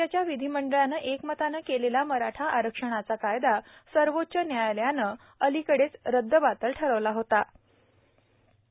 राज्याच्यावि धिमंडळानंएकमतानंकेलेलामराठाआरक्षणाचाकायदासर्वोच्चन्यायालयानंअलीकडेचरद्दबातलठरविलाहो ता